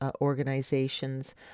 organizations